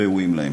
ראויים להן.